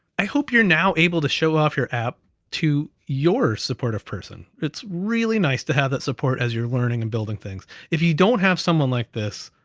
i hope you're now able to show off your app to your supportive person. it's really nice to have that support as you're learning, and building things. if you don't have someone like this.